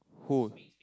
who